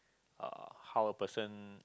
uh how a person